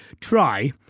try